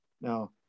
Now